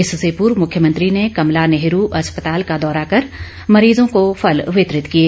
इससे पूर्व मुख्यमंत्री ने कमला नेहरू अस्पताल का दौरा कर मरीजों को फल वितरित किए